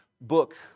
book